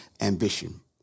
Ambition